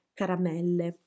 caramelle